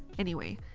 anyway.